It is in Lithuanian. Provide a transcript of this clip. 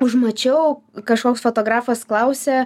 užmačiau kažkoks fotografas klausė